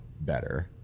better